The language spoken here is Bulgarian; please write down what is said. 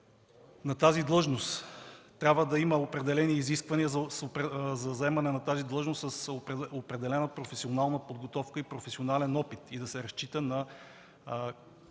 смятате ли, че трябва да има определени изисквания за заемане на тази длъжност, с определена професионална подготовка и професионален опит, да се разчита на